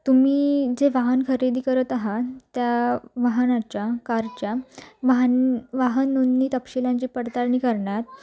तुम्ही जे वाहन खरेदी करत आहात त्या वाहनाच्या कारच्या वाहन वाहन नोंदणी तपशिलांची पडताळणी करणार